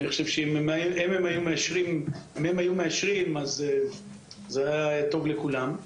אני חושב שאם הם היו מאשרים זה היה טוב לכולם.